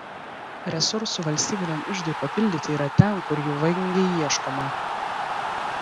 resursų valstybiniam iždui papildyti yra ten kur jų vangiai ieškoma